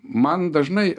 man dažnai